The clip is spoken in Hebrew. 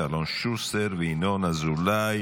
אלון שוסטר וינון אזולאי.